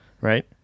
right